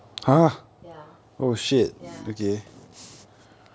ya ya